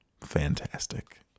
fantastic